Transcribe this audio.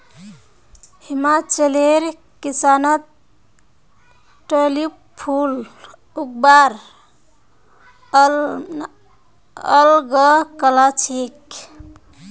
हिमाचलेर किसानत ट्यूलिप फूल उगव्वार अल ग कला छेक